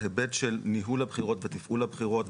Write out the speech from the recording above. בהיבט של ניהול הבחירות ותפעול הבחירות,